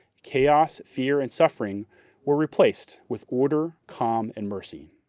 chaos, fear, and suffering were replaced with order, calm, and mercy.